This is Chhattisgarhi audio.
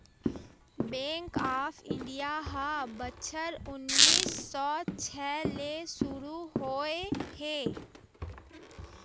बेंक ऑफ इंडिया ह बछर उन्नीस सौ छै ले सुरू होए हे